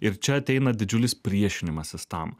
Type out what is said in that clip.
ir čia ateina didžiulis priešinimasis tam